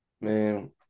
Man